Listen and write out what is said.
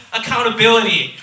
accountability